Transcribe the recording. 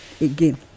again